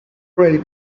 already